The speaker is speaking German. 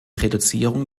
reduzierung